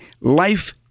life